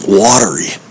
watery